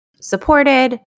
supported